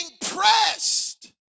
pressed